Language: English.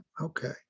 Okay